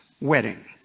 wedding